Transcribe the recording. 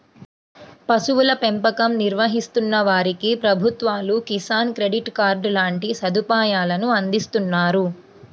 పశువుల పెంపకం నిర్వహిస్తున్న వారికి ప్రభుత్వాలు కిసాన్ క్రెడిట్ కార్డు లాంటి సదుపాయాలను అందిస్తున్నారు